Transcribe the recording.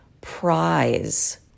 prize